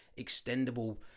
extendable